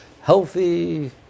Healthy